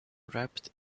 wrapped